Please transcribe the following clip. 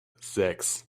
sechs